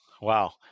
wow